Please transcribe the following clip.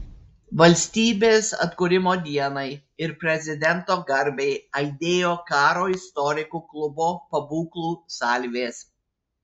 valstybės atkūrimo dienai ir prezidento garbei aidėjo karo istorikų klubo pabūklų salvės